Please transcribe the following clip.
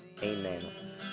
Amen